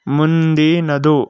ಮುಂದಿನದು